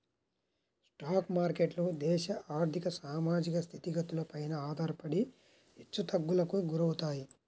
stock మార్కెట్లు దేశ ఆర్ధిక, సామాజిక స్థితిగతులపైన ఆధారపడి హెచ్చుతగ్గులకు గురవుతాయి